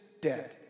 dead